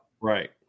Right